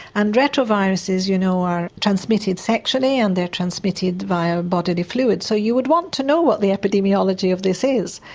and retroviruses you know are transmitted sexually and they are transmitted via bodily fluids so you would want to know what the epidemiology of this is.